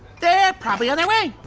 they're probably on their way.